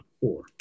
four